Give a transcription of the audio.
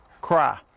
cry